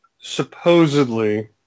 supposedly